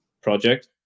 project